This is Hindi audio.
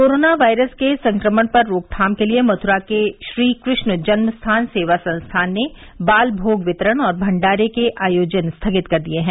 कोरोना वायरस के संक्रमण पर रोकथाम के लिए मथुरा के श्रीकृष्ण जन्मस्थान सेवा संस्थान ने बालमोग वितरण और भंडारे के आयोजन स्थगित कर दिए हैं